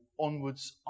onwards